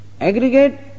aggregate